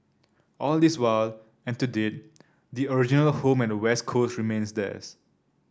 all this while and to date the original home at West Coast remains theirs